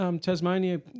Tasmania